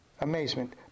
amazement